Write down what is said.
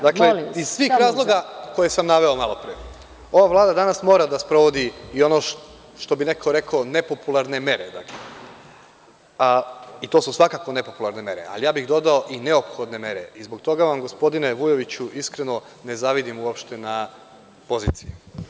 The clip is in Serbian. Dakle, iz svih razloga koje sam malopre naveo, ova Vlada mora da sprovodi danas i, što bi neko rekao, nepopularne mere, i to su svakako nepopularne mere, a ja bih dodao i neophodne mere i zbog toga vam, gospodine Vujoviću, iskreno ne zavidim na poziciji.